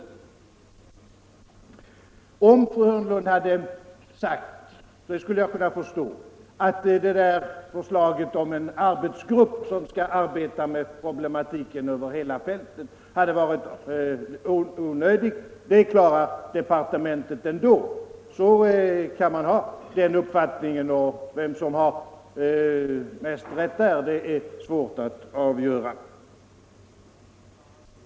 Om fru Hörnlund hade sagt att förslaget om en arbetsgrupp som skall arbeta med problematiken över hela fältet är onödig och att departementet klarar den uppgiften ändå hade jag förstått det. Den uppfattningen kan man ha, och vem som därvidlag har mest rätt är det svårt att avgöra.